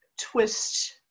twist